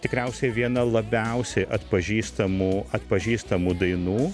tikriausiai viena labiausiai atpažįstamų atpažįstamų dainų